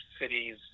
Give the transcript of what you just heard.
cities